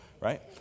right